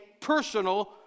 personal